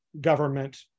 government